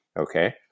okay